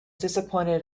disappointed